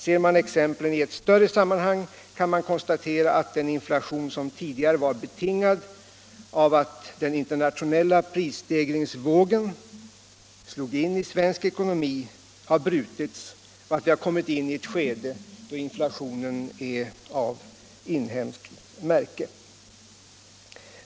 Ser man exemplen i ett större sammanhang kan man konstatera att den inflation som tidigare betingades av att den internationella prisstegringsvågen slog in i svensk ekonomi har brutits och vi har kommit in i ett skede där inflationen är av inhemskt märke.